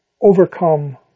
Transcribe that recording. overcome